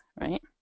right